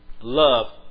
Love